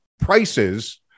prices